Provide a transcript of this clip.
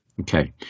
Okay